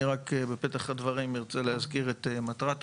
בפתח הדברים אני ארצה להזכיר את מטרת החוק,